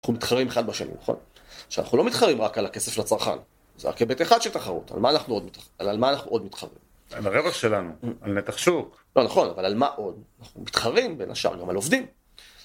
אנחנו מתחרים אחד בשני, נכון? עכשיו אנחנו לא מתחרים רק על הכסף של הצרכן, זה רק היבט אחד של תחרות על מה אנחנו עוד מתחרים? על הרווח שלנו, על נתח שוק לא, נכון, אבל על מה עוד? אנחנו מתחרים בין השאר גם על עובדים